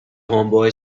homeboy